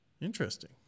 interesting